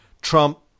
Trump